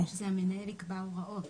מרכז השמדה שבאופן עקרוני יוכלו לעקוב